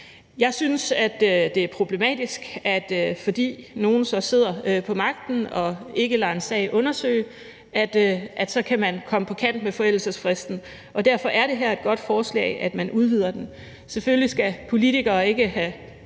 Jeg synes, at det er problematisk, at vi, fordi nogle sidder på magten og ikke lader en sag undersøge, kan komme på kant med forældelsesfristen. Og derfor er det at udvide den et godt forslag. Selvfølgelig skal politikere ikke have